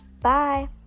Bye